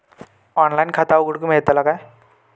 Online खाता उघडूक मेलतला काय?